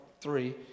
three